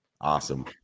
Awesome